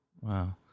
wow